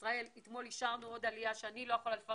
משולבים כדי שאני אוכל לתת